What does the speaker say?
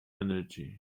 energy